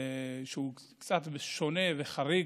שהוא קצת שונה וחריג,